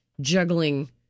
juggling